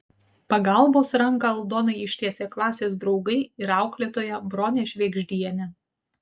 pagalbos ranką aldonai ištiesė klasės draugai ir auklėtoja bronė švėgždienė